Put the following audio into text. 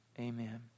Amen